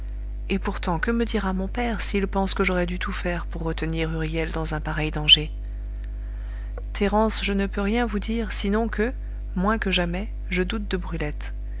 et pourtant que me dira mon père s'il pense que j'aurais dû tout faire pour retenir huriel dans un pareil danger thérence je ne peux rien vous dire sinon que moins que jamais je doute de